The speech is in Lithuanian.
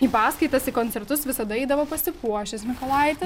į paskaitas į koncertus visada eidavo pasipuošęs mykolaitis